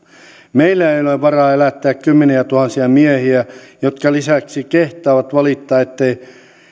meillä ei ole varaa elättää kymmeniätuhansia miehiä jotka lisäksi kehtaavat valittaa ettei